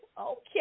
Okay